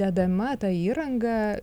dedama ta įranga